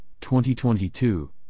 2022